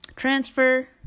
transfer